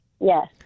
Yes